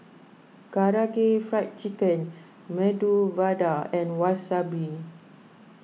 Karaage Fried Chicken Medu Vada and Wasabi